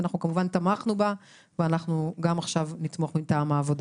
הסעיף הזה, אנחנו נשמע את הפירוט